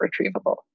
retrievable